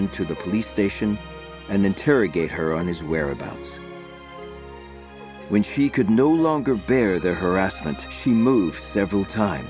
police station and interrogate her on his whereabouts when she could no longer bear their harassment she moved several times